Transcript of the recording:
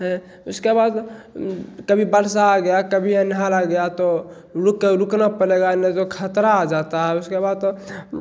है उसके बाद कभी वर्षा आ गया तो कभी ये नहर आ गया तो रुक रुकना पड़ेगा नहीं तो खतरा आ जाता है उसके बाद तो